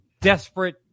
desperate